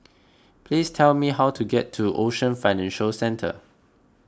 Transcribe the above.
please tell me how to get to Ocean Financial Centre